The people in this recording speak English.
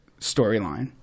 storyline